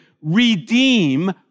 redeem